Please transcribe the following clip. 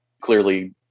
clearly